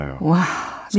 Wow